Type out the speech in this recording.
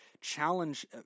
challenge